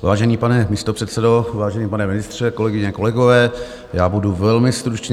Vážený pane místopředsedo, vážený pane ministře, kolegyně, kolegové, já budu velmi stručný.